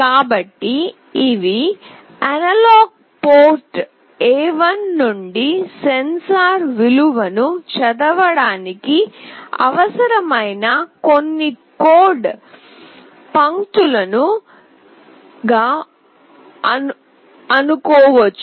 కాబట్టి ఇవి analog port A1 నుండి సెన్సార్ విలువను చదవడానికి అవసరమైన కొన్ని కోడ్ పంక్తులు గా అనుకోవచ్చు